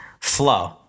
flow